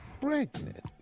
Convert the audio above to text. pregnant